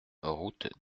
route